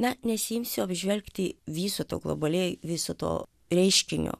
na nesiimsiu apžvelgti viso to globaliai viso to reiškinio